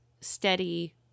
steady